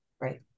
Right